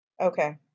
Okay